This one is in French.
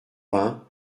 vingt